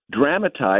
dramatize